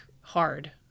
hard